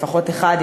לפחות אחד,